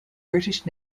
british